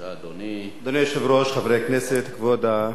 אדוני היושב-ראש, חברי כנסת, כבוד השר,